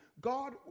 God